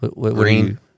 Green